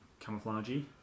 camouflagey